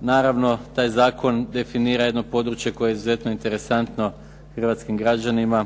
Naravno taj Zakon definira jedno područje koje je izuzetno važno Hrvatskim građanima,